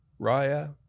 Raya